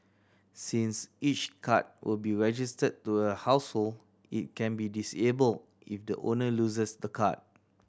since each card will be registered to a household it can be disabled if the owner loses the card